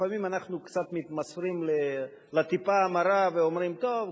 לפעמים אנחנו קצת מתמסרים לטיפה המרה ואומרים: טוב,